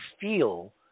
feel